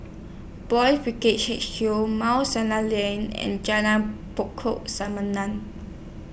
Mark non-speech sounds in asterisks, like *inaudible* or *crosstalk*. Boys' Brigade H Q Mount Sinai Lane and Jalan Pokok *unintelligible*